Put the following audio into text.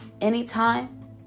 Anytime